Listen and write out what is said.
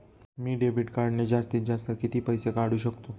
मी debit कार्डने जास्तीत जास्त किती पैसे काढू शकतो?